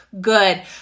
good